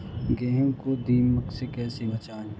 गेहूँ को दीमक से कैसे बचाएँ?